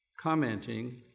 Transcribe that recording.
commenting